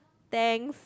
thanks